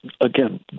again